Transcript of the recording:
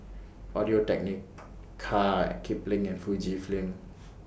Audio Technica Kipling and Fujifilm